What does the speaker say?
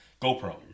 GoPro